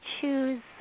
choose